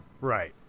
Right